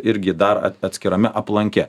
irgi dar atskirame aplanke